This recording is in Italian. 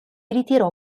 ritirò